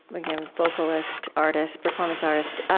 again, vocalist, artist, performance artist,